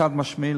חד-משמעית.